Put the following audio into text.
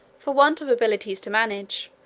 for want of abilities to manage,